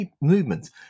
movements